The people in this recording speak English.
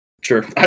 Sure